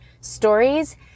stories